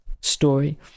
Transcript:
story